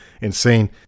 insane